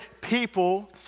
people